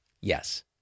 Yes